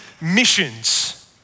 missions